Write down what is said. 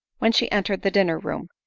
when she entered the dinner room,